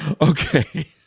Okay